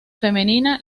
femenina